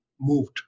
moved